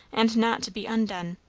and not to be undone.